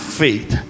faith